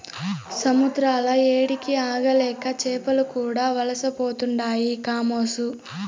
సముద్రాల ఏడికి ఆగలేక చేపలు కూడా వలసపోతుండాయి కామోసు